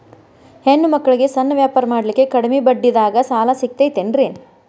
ಹೆಣ್ಣ ಮಕ್ಕಳಿಗೆ ಸಣ್ಣ ವ್ಯಾಪಾರ ಮಾಡ್ಲಿಕ್ಕೆ ಕಡಿಮಿ ಬಡ್ಡಿದಾಗ ಸಾಲ ಸಿಗತೈತೇನ್ರಿ?